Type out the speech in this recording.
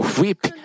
weep